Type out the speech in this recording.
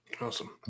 Awesome